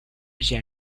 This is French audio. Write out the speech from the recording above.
j’ai